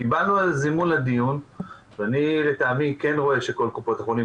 קיבלנו זימון לדיון ואני כן סבור שכל קופות החולים